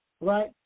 right